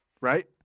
right